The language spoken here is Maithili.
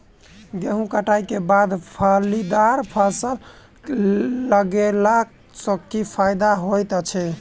गेंहूँ कटाई केँ बाद फलीदार फसल लगेला सँ की फायदा हएत अछि?